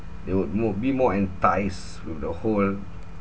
they would more be more enticed with the whole